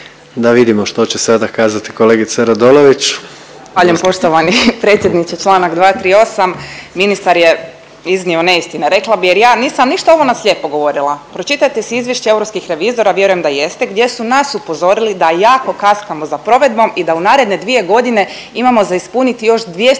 Da vidimo što će sada kazati kolegica Radolović. **Radolović, Sanja (SDP)** Zahvaljujem poštovani predsjedniče. Članak 238. ministar je iznio neistina, rekla bih, jer ja nisam ništa ovo na slijepo govorila. Pročitajte si izvješće europskih revizora, a vjerujem da jeste gdje su nas upozorili da jako kaskamo za provedbom i da u naredne dvije godine imamo za ispuniti još 279